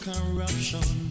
corruption